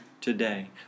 today